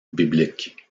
bibliques